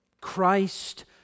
Christ